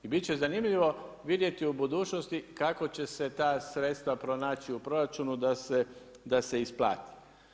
I biti će zanimljivo vidjeti u budućnosti kako će se ta sredstva pronaći u proračunu da se isplati.